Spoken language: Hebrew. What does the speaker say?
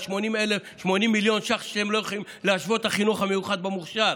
80 מיליון ש"ח שהם לא יכולים להשוות את החינוך המיוחד במוכש"ר,